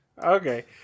Okay